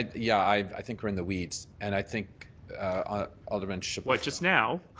yeah i think we're in the weeds, and i think ah alderman chabot what, just now?